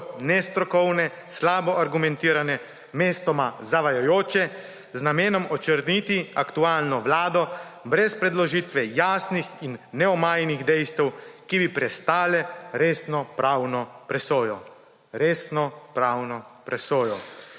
nestrokovne, slabo argumentirane, mestoma zavajajoče z namenom očrniti aktualno vlado brez predložitve jasnih in neomajnih dejstev, ki bi prestale resno pravno presojo. Resno pravno presojo.